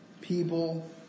people